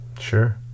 Sure